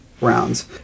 rounds